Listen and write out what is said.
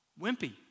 wimpy